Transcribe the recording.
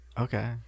okay